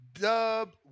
Dub